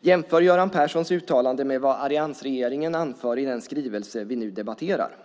Jämför Göran Perssons uttalande med vad alliansregeringen anför i den skrivelse vi nu debatterar!